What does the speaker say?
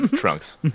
Trunks